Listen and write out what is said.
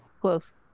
Close